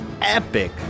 epic